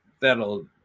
that'll